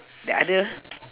the other